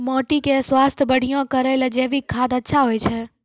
माटी के स्वास्थ्य बढ़िया करै ले जैविक खाद अच्छा होय छै?